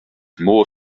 more